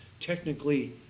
technically